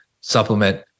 supplement